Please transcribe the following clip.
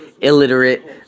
illiterate